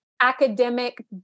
academic